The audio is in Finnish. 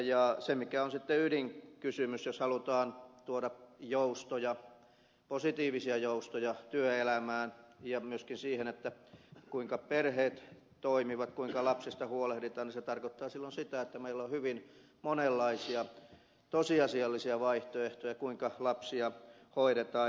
sitten se mikä on ydinkysymys jos halutaan tuoda positiivisia joustoja työelämään ja myöskin siihen kuinka perheet toimivat kuinka lapsesta huolehditaan on se että meillä on hyvin monenlaisia tosiasiallisia vaihtoehtoja kuinka lapsia hoidetaan